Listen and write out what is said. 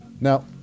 Now